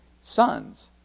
sons